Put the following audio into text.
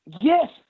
Yes